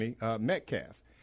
Metcalf